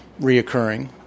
reoccurring